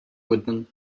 woodman